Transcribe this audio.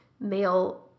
male